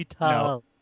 No